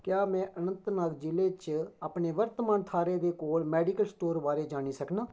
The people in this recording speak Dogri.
क्या में अनंतनाग जि'ले च अपने वर्तमान थाह्रै दे कोल मेडिकल स्टोर बारै जानी सकनां